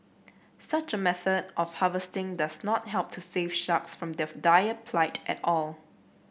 such a method of harvesting does not help to save sharks from their dire plight at all